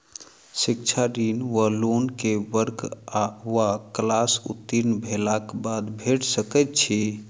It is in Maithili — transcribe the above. शिक्षा ऋण वा लोन केँ वर्ग वा क्लास उत्तीर्ण भेलाक बाद भेट सकैत छी?